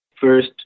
First